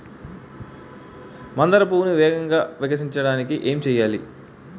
మందార పువ్వును వేగంగా వికసించడానికి ఏం చేయాలి?